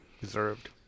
deserved